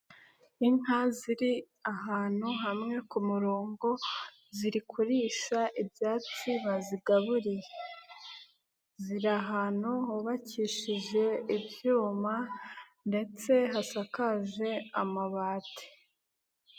Inka ziri ahantu hamwe ku murongo ziri kurisha ibyatsi bazigaburiye, ziri ahantu hubakishije ibyuma ndetse hasakaje amabati.